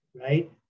right